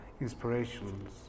inspirations